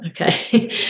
Okay